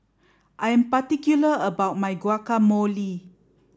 I'm particular about my Guacamole